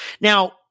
Now